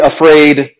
afraid